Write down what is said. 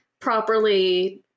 properly